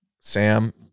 Sam